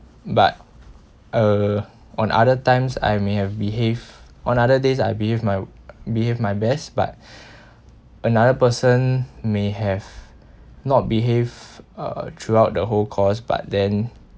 but uh on other times I may have behave on other days I behave my behave my best but another person may have not behave uh throughout the whole course but then